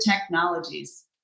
technologies